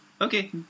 Okay